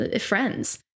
friends